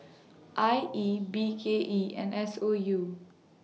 I E B K E and S O U